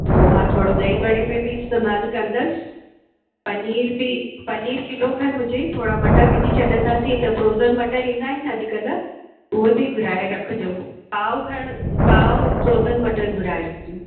उहो मां थोरे दही बड़े में बि इस्तेमाल कंदसि पनीर बि पनीर किलो खनि हुजे थोरा मटर बिझी छॾंदासीं त फ्रॉज़न मटर ईंदा आहिनि न अॼकल्ह उहे बि घुराए रखिजो पाओ खणि पाओ फ़्रॉजन मटर घुराए रखिजो